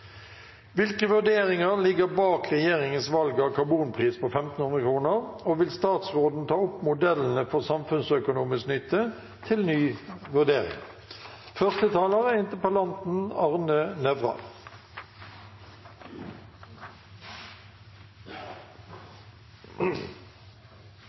Hvilke vurderinger ligger bak regjeringas valg av en karbonpris på 1 500 kr? Vil statsråden ta opp modellene for samfunnsøkonomisk nytte til ny vurdering? Eg vil takke interpellanten